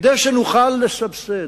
כדי שנוכל לסבסד,